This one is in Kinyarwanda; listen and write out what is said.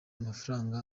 amafaranga